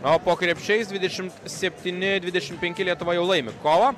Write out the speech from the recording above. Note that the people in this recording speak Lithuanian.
o po krepšiais dvidešimt septyni dvidešimt penki lietuva jau laimi kovą